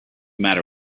matter